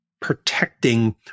protecting